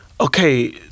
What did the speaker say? okay